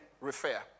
refer